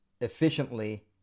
efficiently